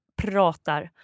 pratar